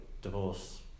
divorce